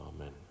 Amen